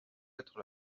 être